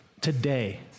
today